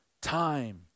time